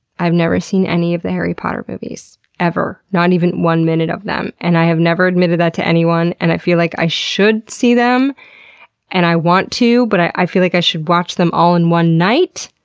i have never seen any of the harry potter movies. ever. not even one minute of them. and i have never admitted that to anyone. and i feel like i should see them and i want to, but i feel like i should watch them all in one night,